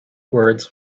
words